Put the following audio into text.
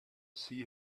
see